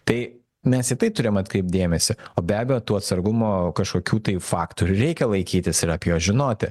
tai mes į tai turim atkreipt dėmesį o be abejo tų atsargumo kažkokių tai faktorių reikia laikytis ir apie juos žinoti